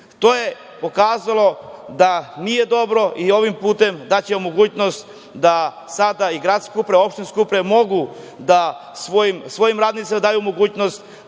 To je pokazalo da nije dobro i ovim putem daćemo mogućnost da sada i gradska uprava, opštinska uprava mogu da svojim radnicima daju mogućnost